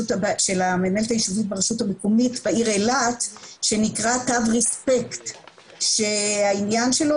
היישובית ברשות המקומית בעיר אילת שנקרא תו ריספקט שהעניין שלו